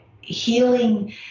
healing